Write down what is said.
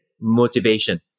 motivation